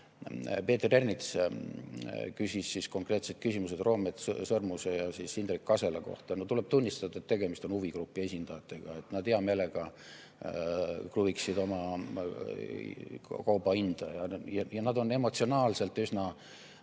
Peeter Ernits küsis konkreetsed küsimused Roomet Sõrmuse ja Indrek Kasela kohta. No tuleb tunnistada, et tegemist on huvigrupi esindajatega. Nad hea meelega kruviksid oma kauba hinda. Ja nad on emotsionaalsed ja üsna